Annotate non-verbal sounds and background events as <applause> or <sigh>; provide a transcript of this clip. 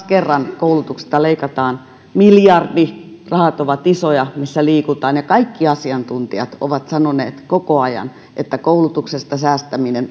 <unintelligible> kerran koulutuksesta leikataan miljardi rahat ovat isoja missä liikutaan vaikka kaikki asiantuntijat ovat sanoneet koko ajan että koulutuksesta säästäminen <unintelligible>